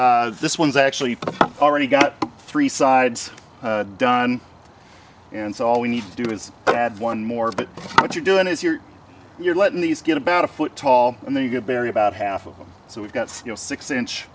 box this one's actually already got three sides done and so all we need to do is add one more but what you're doing is you're you're letting these get about a foot tall and then you get barry about half of them so we've got snow six inch